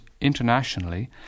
internationally